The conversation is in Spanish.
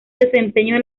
desempeñó